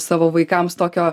savo vaikams tokio